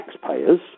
taxpayer's